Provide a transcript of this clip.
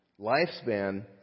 lifespan